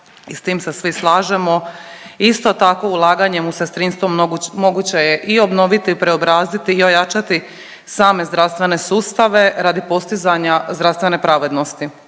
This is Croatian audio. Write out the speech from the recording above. i s tim se svi slažemo. Isto tako ulaganjem u sestrinstvo moguće je i obnoviti, preobraziti i ojačati same zdravstvene sustave radi postizanja zdravstvene pravednosti.